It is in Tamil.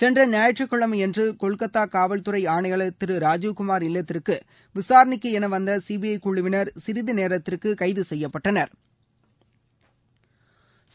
சென்ற ஞாயிற்றுக்கிழமையன்று கொல்கத்தா காவல்துறை ஆணையாளர் திரு ராஜீவ்குமார் இல்லத்திற்கு விசாரணைக்கு என வந்த சிபிஐ குழுவினா் சிறிது நேரத்திற்கு கைது செய்யப்பட்டனா்